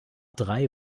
drei